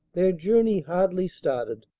their journey hardly started,